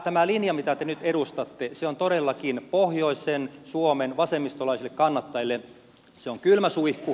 tämä linja mitä te nyt edustatte on todellakin pohjoisen suomen vasemmistolaisille kannattajille kylmä suihku